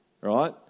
right